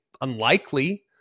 unlikely